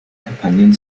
kampagnen